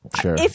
sure